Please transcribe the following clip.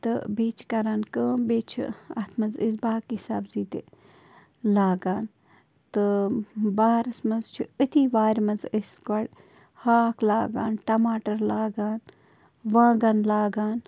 تہٕ بیٚیہِ چھِ کران کٲم بیٚیہِ چھِ اَتھ منٛز أسۍ باقٕے سبزی تہِ لاگان تہٕ بہارَس منٛز چھِ أتی وارِ منٛز أسۍ گۄڈٕ ہاکھ لاگان ٹماٹَر لاگان وانٛگَن لاگان